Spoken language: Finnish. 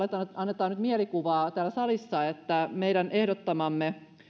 annetaan nyt mielikuvaa täällä salissa siitä että meidän ehdottamamme